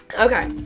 Okay